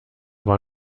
war